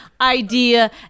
idea